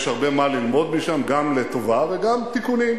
יש הרבה מה ללמוד משם, גם לטובה וגם תיקונים,